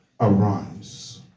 arise